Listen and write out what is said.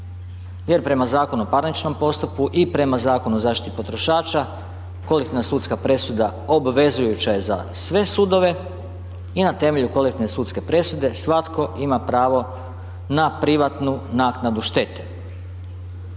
jer prema Zakonu o parničnom postupku i prema Zakonu o zaštiti potrošača, kolektivna sudska presuda obvezujuća je za sve sudove i na temelju kolektivne sudske presude svatko ima pravo na privatnu naknadu štete.